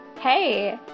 Hey